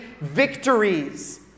victories